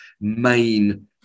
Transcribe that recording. main